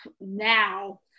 now